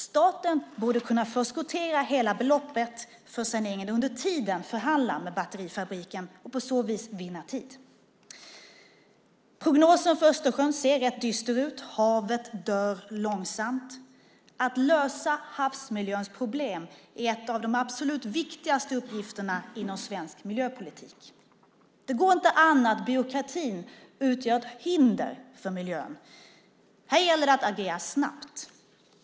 Staten borde kunna förskottera hela beloppet för saneringen och under tiden förhandla med batterifabriken för att på så vis vinna tid. Prognosen för Östersjön ser rätt dyster ut. Havet dör långsamt. Att lösa havsmiljöns problem är en av de absolut viktigaste uppgifterna inom svensk miljöpolitik. Det går inte an att byråkratin utgör ett hinder för miljön. Här gäller det att agera snabbt!